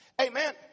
Amen